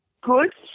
good